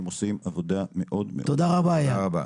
הם עושים עבודה מאוד-מאוד --- תודה רבה,